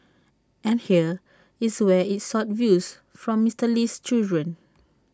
and here is where IT sought views from Mister Lee's children